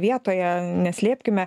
vietoje neslėpkime